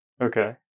Okay